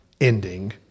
ending